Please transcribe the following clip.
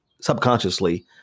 subconsciously